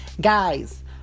guys